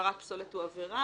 שהבערת פסולת הוא עבירה,